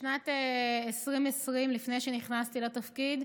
בשנת 2020, לפני שנכנסתי לתפקיד,